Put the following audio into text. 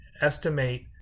estimate